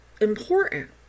important